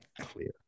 Clear